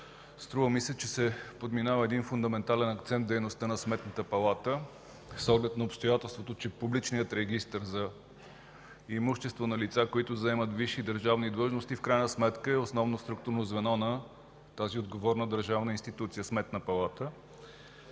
Струва ми се, че се подминава един фундаментален акцент в дейността на Сметната палата с оглед на обстоятелството, че Публичният регистър за имущество на лица, които заемат висши държавни длъжности, в крайна сметка е основно структурно звено на тази отговорна държавна институция – Сметна палата.